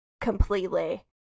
completely